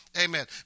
Amen